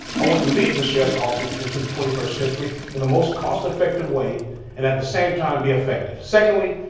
i want to lead the sheriff's office into into the twenty first century in the most cost effective way and at the same time be effective. secondly,